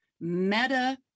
meta